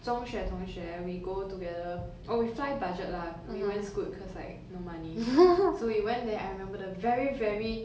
中学同学 we go together oh we fly budget lah we went scoot cause like no money so we went there I remember the very very